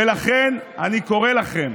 ולכן אני קורא לכם,